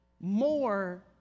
more